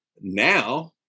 now